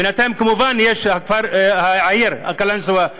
ובינתיים, כמובן, העיר קלנסואה התרחבה.